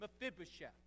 Mephibosheth